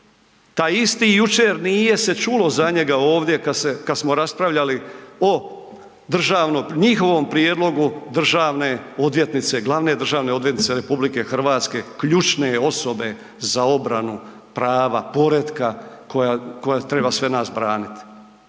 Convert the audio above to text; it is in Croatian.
Taj isti jučer, nije se čulo za njega ovdje kad se, kad smo raspravljali o državnom, njihovom prijedlogu državne odvjetnice, glavne državne odvjetnice RH, ključne osobe za obranu prava, poretka, koja treba sve nas braniti.